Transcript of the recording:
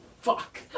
fuck